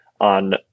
on